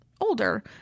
older